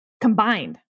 combined